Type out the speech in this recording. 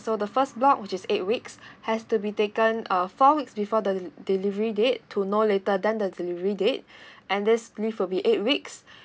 so the first block which is eight weeks has to be taken uh four weeks before the delivery date to no later than the delivery date and this leave will be eight weeks